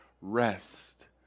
rest